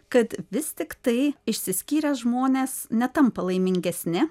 kad vis tiktai išsiskyrę žmonės netampa laimingesni